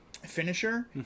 finisher